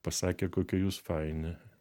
pasakė kokie jūs faini